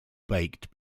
baked